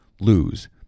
lose